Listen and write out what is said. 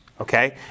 Okay